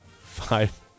Five